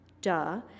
duh